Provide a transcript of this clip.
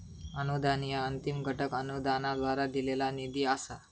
अनुदान ह्या अंतिम घटक अनुदानाद्वारा दिलेला निधी असा